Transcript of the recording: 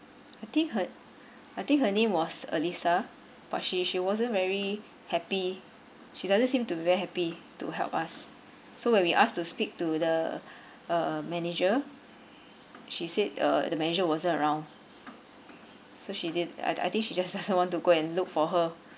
I think her I think her name was elisa but she she wasn't very happy she doesn't seem to be very happy to help us so when we asked to speak to the uh manager she said uh the manager wasn't around so she did I I think she just doesn't want to go and look for her